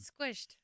squished